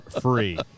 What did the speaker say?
free